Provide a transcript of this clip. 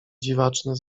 dziwaczne